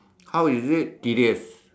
how is it tedious